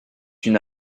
une